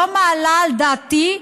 לא מעלה על דעתי,